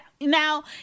Now